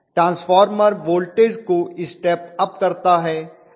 transformer voltage को step up करता है